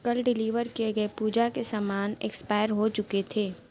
کل ڈلیور کیے گئے پوجا کے سامان ایکسپائر ہو چکے تھے